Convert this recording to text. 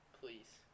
Please